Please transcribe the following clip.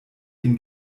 ihn